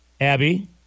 Abby